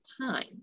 time